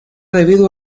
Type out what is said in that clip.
debido